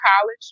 college